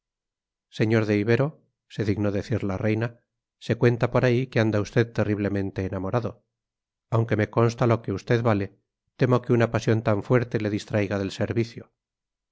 sr de ibero se dignó decir la reina se cuenta por ahí que anda usted terriblemente enamorado aunque me consta lo que usted vale temo que una pasión tan fuerte le distraiga del servicio